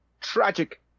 tragic